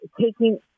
taking